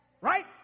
Right